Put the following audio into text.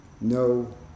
no